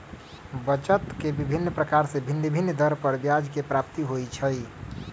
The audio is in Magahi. बचत के विभिन्न प्रकार से भिन्न भिन्न दर पर ब्याज के प्राप्ति होइ छइ